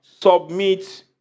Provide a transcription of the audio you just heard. Submit